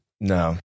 No